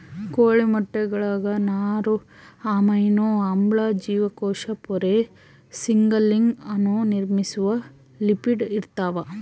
ಕೋಳಿ ಮೊಟ್ಟೆಗುಳಾಗ ನಾರು ಅಮೈನೋ ಆಮ್ಲ ಜೀವಕೋಶ ಪೊರೆ ಸಿಗ್ನಲಿಂಗ್ ಅಣು ನಿರ್ಮಿಸುವ ಲಿಪಿಡ್ ಇರ್ತಾವ